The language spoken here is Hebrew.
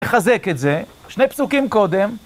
אחזק את זה, שני פסוקים קודם.